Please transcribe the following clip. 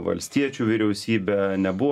valstiečių vyriausybę nebuvo